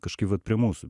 kažkaip vat prie mūsų